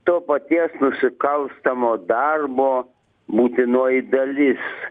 to paties nusikalstamo darbo būtinoji dalis